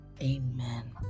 Amen